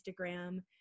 Instagram